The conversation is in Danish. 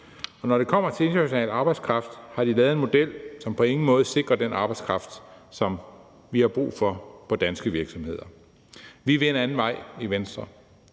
Når det kommer til international arbejdskraft, har de lavet en model, som på ingen måde sikrer den arbejdskraft, som vi har brug for i danske virksomheder. Vi vil en anden vej i Venstre.